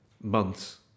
months